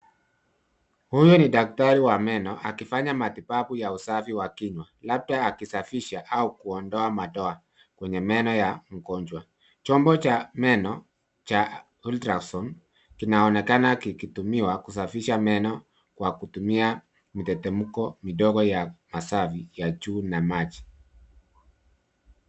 Huyu ni daktari wa meno akifanya matibabu ya usafi wa kinywa labda akisafisha au kuondoa madoa kwenye meno ya mgonjwa. Chombo cha meno cha ultrazone kinaonekana kikitumiwa kusafisha meno kwa kutumia mtetemko midogo ya masafi ya juu na ya maji.